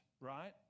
right